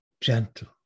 gentle